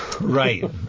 Right